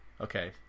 Okay